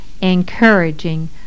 encouraging